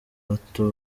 bato